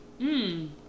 Mmm